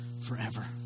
forever